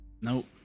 nope